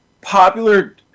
popular